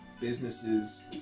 businesses